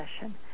session